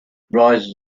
rises